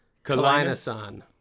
Kalina-san